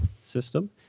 System